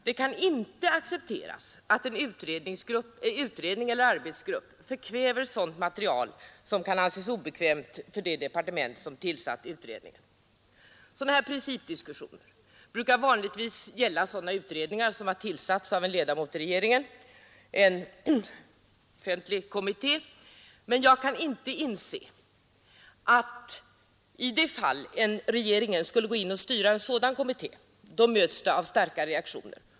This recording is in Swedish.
Det kan inte accepteras att en utredning eller en arbetsgrupp förkväver sådant material som kan anses obekvämt för det departement som tillsatt utredningen. Sådana här principdiskussioner gäller vanligtvis utredningar som tillsatts av en ledamot av regeringen, dvs. offentliga kommittéer. Om regeringen skulle ingripa för att styra arbetet i en sådan kommittée, skulle detta mötas av kraftiga reaktioner.